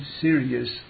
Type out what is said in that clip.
serious